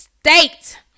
State